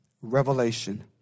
Revelation